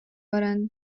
баран